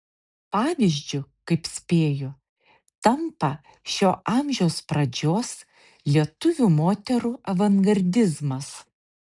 pavyzdžiu kaip spėju tampa šio amžiaus pradžios lietuvių moterų avangardizmas